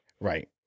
Right